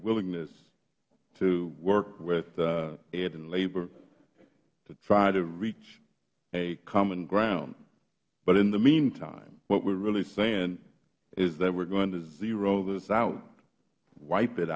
willingness to work with ed and labor to try to reach a common ground but in the meantime what we are really saying is that we are going to zero this out wipe it